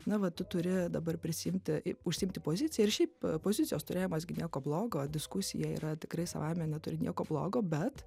na va tu turi dabar prisiimti užsiimti poziciją ir šiaip pozicijos turėjimas gi nieko blogo diskusija yra tikrai savaime neturi nieko blogo bet